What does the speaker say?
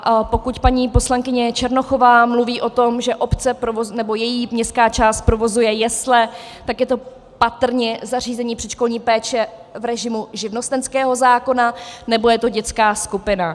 A pokud paní poslankyně Černochová mluví o tom, že obec nebo její městská část provozuje jesle, tak je to patrně zařízení předškolní péče v režimu živnostenského zákona nebo je to dětská skupina.